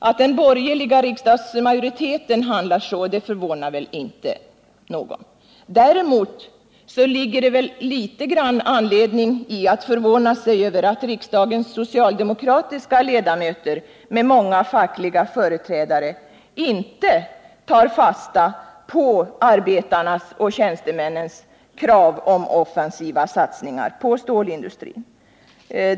Att den borgerliga riksdagsmajoriteten handlar så förvånar väl ingen. Däremot finns det anledning att förvåna sig över att riksdagens socialdemokratiska ledamöter, med många fackliga företrädare, inte tar fasta på arbetarnas och tjänstemännens krav om offensiva satsningar på stålindustrin.